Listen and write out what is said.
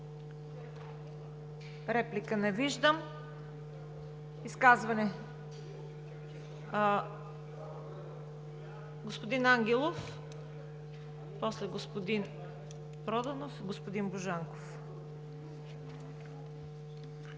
Реплики? Не виждам. Изказване? Господин Ангелов. После господин Проданов, господин Божанков.